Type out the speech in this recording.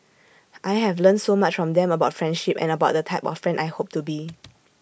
I have learnt so much from them about friendship and about the type of friend I hope to be